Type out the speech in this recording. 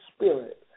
Spirit